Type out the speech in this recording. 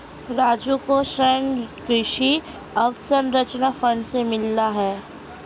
राजू को ऋण कृषि अवसंरचना फंड से मिला है